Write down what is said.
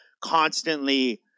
constantly